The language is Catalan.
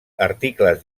articles